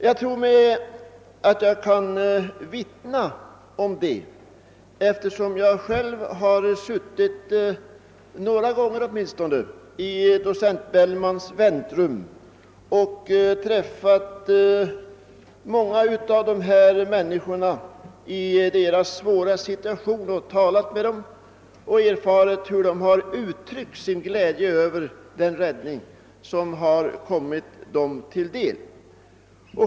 Jag kan vittna om det, eftersom jag själv åtminstone några gånger har suttit i docent Bellmans provisoriska väntrum och talat med många av hans patienter som befinner sig i en svår situation. De har uttryckt sin glädje över den räddning som har kommit dem till del.